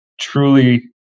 truly